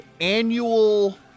annual